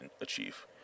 achieve